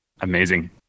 Amazing